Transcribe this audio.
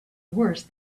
worse